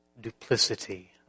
duplicity